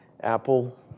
Apple